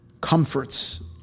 comforts